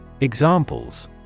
Examples